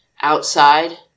Outside